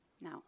Now